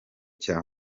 cya